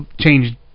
changed